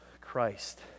Christ